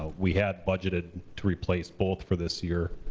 ah we had budgeted to replace both for this year.